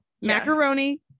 Macaroni